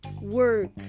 work